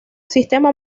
sistema